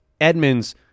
Edmonds